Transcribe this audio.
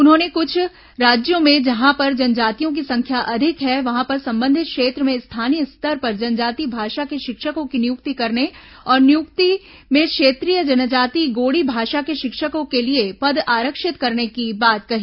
उन्होंने कुछ राज्यों में जहां पर जनजातियों की संख्या अधिक है वहां पर संबंधित क्षेत्र में स्थानीय स्तर पर जनजाति भाषा के शिक्षकों की नियुक्ति करने और नियुक्ति में क्षेत्रीय जनजाति गोंडी भाषा के शिक्षकों के लिए पद आरक्षित करने की बात कही